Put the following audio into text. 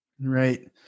Right